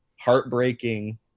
heartbreaking